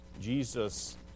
Jesus